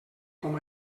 com